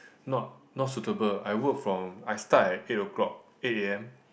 not not suitable I work from I start at eight o-clock eight A_M